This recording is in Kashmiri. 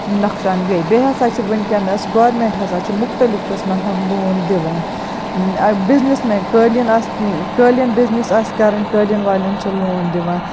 نۄقصان گٔے بیٚیہِ ہَسا چھِ وِنکیٚنَس گورمنٹ ہَسا چھُ مُختٔلِف قٕسمَن ہُنٛد لون دِوان بِزنٮ۪س مین کٲلین آسہِ کٲلین نِزنٮ۪س آسہِ کَرٕن کٲلین والٮ۪ن چھِ لون دِوان